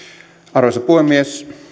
arvoisa puhemies